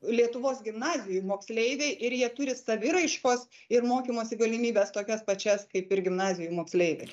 lietuvos gimnazijų moksleiviai ir jie turi saviraiškos ir mokymosi galimybes tokias pačias kaip ir gimnazijų moksleiviai